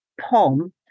pom